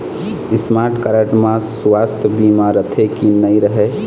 Smart card म सुवास्थ बीमा रथे की नई रहे?